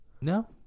No